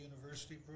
university